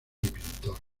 pintor